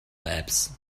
apps